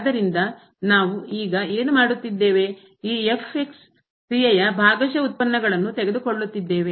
ಆದ್ದರಿಂದ ನಾವು ಈಗ ಏನು ಮಾಡುತ್ತಿದ್ದೇವೆ ಈ ಕ್ರಿಯೆಯ ಭಾಗಶಃ ಉತ್ಪನ್ನಗಳನ್ನು ತೆಗೆದುಕೊಳ್ಳುತ್ತಿದ್ದೇವೆ